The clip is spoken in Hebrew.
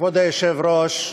כבוד היושב-ראש,